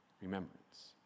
remembrance